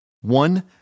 One